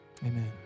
amen